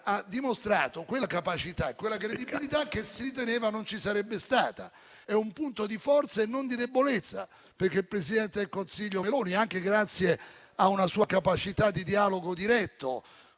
ha dimostrato quella capacità e quella credibilità che si riteneva non ci sarebbero state. È un punto di forza e non di debolezza. Il presidente del Consiglio Meloni, anche grazie a una sua capacità di dialogo diretto,